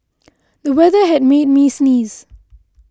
the weather made me sneeze